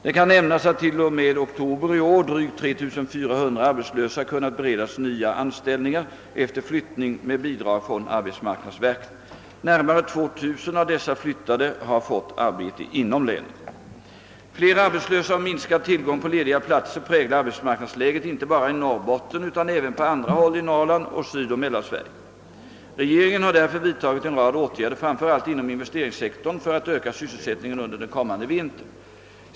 Det kan nämas att till och med oktober i år drygt 3 400 arbetslösa kunnat beredas nya anställningar efter flyttning med bidrag från arbetsmarknadsverket. Närmare 2 000 av dessa flyttande har fått arbete inom länet. Fler arbetslösa och minskad tillgång på lediga platser präglar arbetsmarknadsläget inte bara i Norrbotten utan även på andra håll i Norrland och i Sydoch Mellansverige. Regeringen har därför vidtagit en rad åtgärder framför allt inom investeringssektorn för att öka sysselsättningen under den kommande vintern.